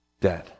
dead